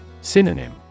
Synonym